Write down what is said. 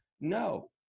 No